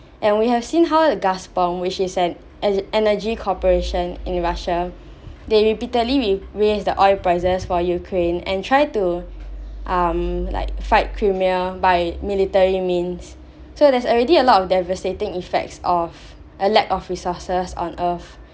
and we have seen how the which is an e~ energy corporation in russia they repeatedly ra~ raise the oil prices for ukraine and try to um like fight criminal by military means so there's already a lot of devastating effects of a lack of resources on earth